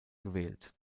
gewählt